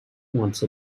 once